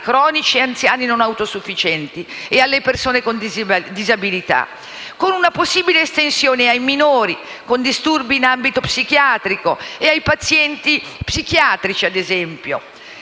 malati cronici, anziani non autosufficienti e persone con disabilità, con una possibile estensione ai minori con disturbi in ambito psichiatrico e ai pazienti psichiatrici, ad esempio.